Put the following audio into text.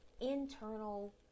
internal